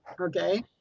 Okay